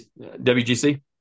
WGC